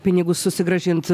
pinigus susigrąžint